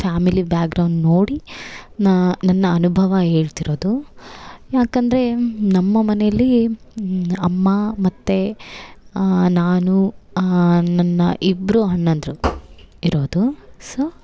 family background ನೋಡಿ ನಾ ನನ್ನ ಅನುಭವ ಹೇಳ್ತಿರೋದು ಯಾಕಂದರೆ ನಮ್ಮ ಮನೇಲಿ ಅಮ್ಮ ಮತ್ತು ನಾನು ನನ್ನ ಇಬ್ಬರು ಅಣ್ಣಂದ್ರು ಇರೋದು ಸೋ